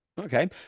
okay